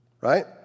right